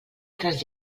altres